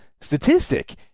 statistic